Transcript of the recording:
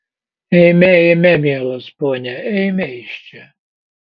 eime eime mielas pone eime iš čia